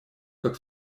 как